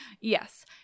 yes